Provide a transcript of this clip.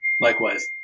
Likewise